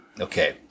Okay